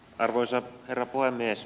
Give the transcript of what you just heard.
arvoisa herra puhemies